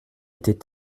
était